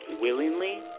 willingly